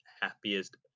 happiest